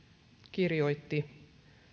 kirjoitti